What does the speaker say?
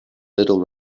little